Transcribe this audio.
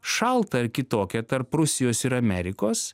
šaltą ar kitokią tarp rusijos ir amerikos